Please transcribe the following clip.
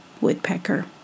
woodpecker